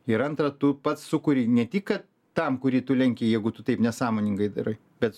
ir antra tu pats sukuri ne tik kad tam kurį tu lenki jeigu tu taip nesąmoningai darai bet